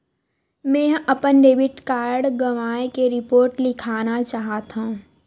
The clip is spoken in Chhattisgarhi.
मेंहा अपन डेबिट कार्ड गवाए के रिपोर्ट लिखना चाहत हव